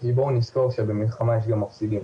כי בואו נזכור שבמלחמה יש גם מפסידים,